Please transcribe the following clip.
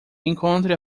encontre